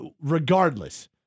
Regardless